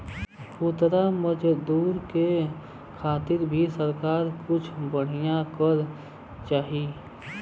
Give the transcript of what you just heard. खेतिहर मजदूर के खातिर भी सरकार के कुछ बढ़िया करे के चाही